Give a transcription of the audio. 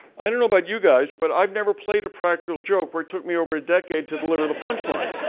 i don't know about you guys, but i've never played a practical joke where it took me over a decade to deliver the punchline.